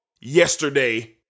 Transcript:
yesterday